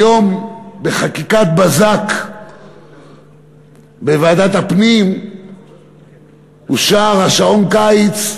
היום בחקיקת בזק בוועדת הפנים אושר שעון הקיץ,